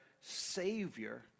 Savior